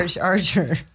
Archer